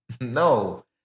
No